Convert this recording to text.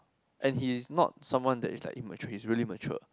and he is not someone that is like immature he is really mature